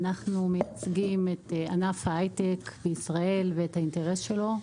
אנחנו מייצגים את ענף ההייטק בישראל ואת האינטרס שלו.